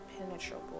impenetrable